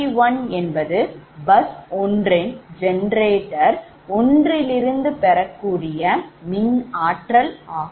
Ig1 என்பது bus 1ன் generator ஒன்றிலிருந்து பெறக்கூடிய மின்சாரம் ஆகும்